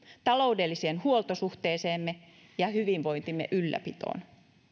taloudelliseen huoltosuhteeseemme ja hyvinvointimme ylläpitoon